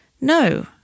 No